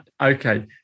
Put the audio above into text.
Okay